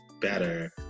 better